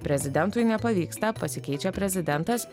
prezidentui nepavyksta pasikeičia prezidentas